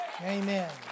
Amen